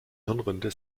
hirnrinde